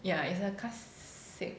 yeah it's a classic